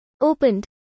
Opened